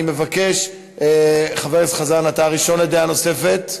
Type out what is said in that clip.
אני מבקש, חבר הכנסת חזן, אתה הראשון לדעה נוספת.